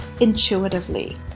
intuitively